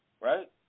right